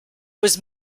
was